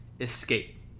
escape